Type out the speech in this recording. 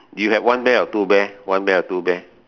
you have one bear or two bear one bear or two bear